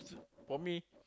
for me